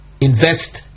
invest